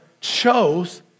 chose